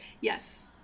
Yes